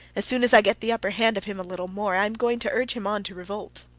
as soon as i get the upper hand of him a little more, i am going to urge him on to revolt.